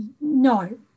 no